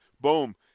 boom